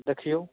देखियौ